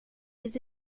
les